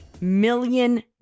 Million